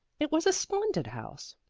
it was a splendid house,